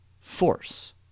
force